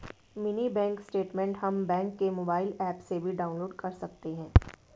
mini bank statement हम bank के mobile app से भी डाउनलोड कर सकते है